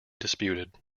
disputed